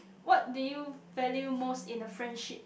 what do you value most in a friendship